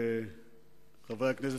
חברי הכנסת,